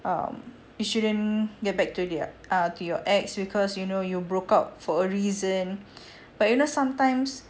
um you shouldn't get back to your err to your ex because you know you broke up for a reason but you know sometimes